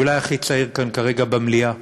אני אולי הכי צעיר כאן כרגע במליאה.